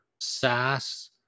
SaaS